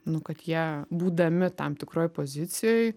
nu kad jie būdami tam tikroj pozicijoj